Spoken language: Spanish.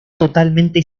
totalmente